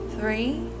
three